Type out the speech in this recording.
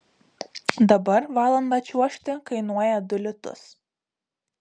dabar valandą čiuožti kainuoja du litus